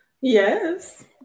Yes